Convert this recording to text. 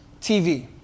TV